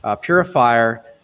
purifier